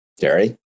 Jerry